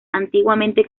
antiguamente